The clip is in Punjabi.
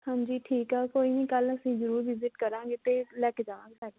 ਹਾਂਜੀ ਠੀਕ ਆ ਕੋਈ ਨਹੀਂ ਕੱਲ੍ਹ ਅਸੀਂ ਜ਼ਰੂਰ ਵੀਜ਼ਿਟ ਕਰਾਂਗੇ ਅਤੇ ਲੈ ਕੇ ਜਾਵਾਂਗੇ ਸਾਈਕਲ